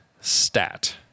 stat